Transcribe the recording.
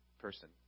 person